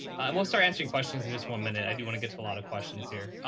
and we'll start answering questions and just one minute, i do want to get to a lot of questions here.